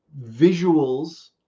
visuals